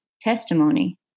testimony